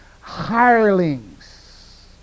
Hirelings